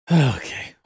Okay